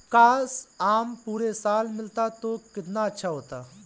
काश, आम पूरे साल मिलता तो कितना अच्छा होता